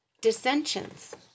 Dissensions